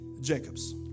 Jacobs